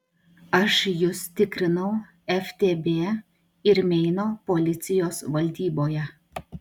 aš jus tikrinau ftb ir meino policijos valdyboje